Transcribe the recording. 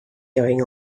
going